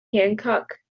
hancock